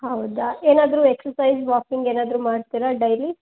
ಹೌದಾ ಏನಾದ್ರೂ exercise walking ಏನಾದ್ರೂ ಮಾಡ್ತೀರಾ ಡೈಲಿ